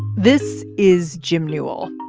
this is jim newell.